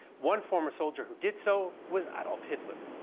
one former soldier who did so was adolf hitler.